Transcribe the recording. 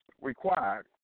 required